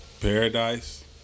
Paradise